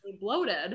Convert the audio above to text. bloated